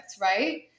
right